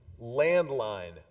landline